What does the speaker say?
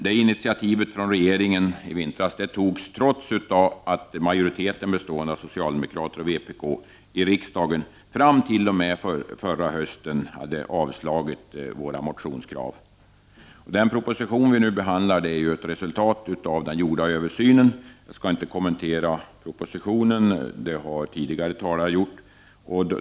Detta initiativ från regeringen togs trots att socialdemokraterna och vpk i riksdagen fram t.o.m. förra hösten hade avstyrkt våra motionskrav. Den proposition som vi nu behandlar är ett resultat av den gjorda översynen. Jag skall inte kommentera propositionen, eftersom tidigare talare redan har gjort det.